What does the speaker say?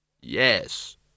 Yes